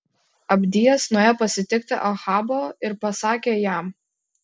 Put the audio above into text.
abdijas nuėjo pasitikti ahabo ir pasakė jam